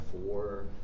Four